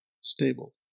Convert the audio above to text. Stable